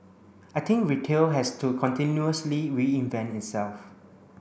I think retail has to continuously reinvent itself